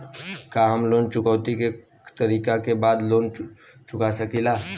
का हम लोन चुकौती के तारीख के बाद लोन चूका सकेला?